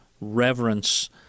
reverence